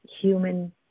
human